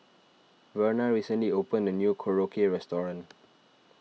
Verna recently opened a new Korokke restaurant